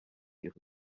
ihre